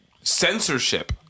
censorship